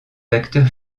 acteurs